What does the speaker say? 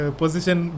position